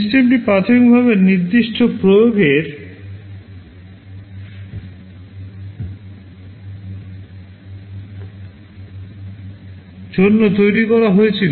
সিস্টেমটি প্রাথমিকভাবে নির্দিষ্ট প্রয়োগের জন্য তৈরি করা হয়েছিল